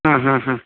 ಹಾಂ ಹಾಂ ಹಾಂ